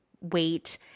weight